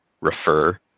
refer